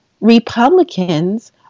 Republicans